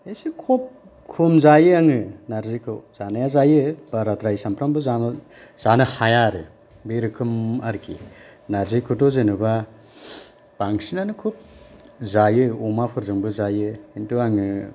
एसे खोब खम जायो आङो नारजिखौ जानाया जायो बाराद्राय सानफ्रामबो जानो हाया आरो बे रोखोम आरोकि नारजिखौथ' जेनेबा बांसिनानो खोब जायो अमाफोरजोंबो जायो किन्तु आङो